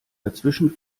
dazwischen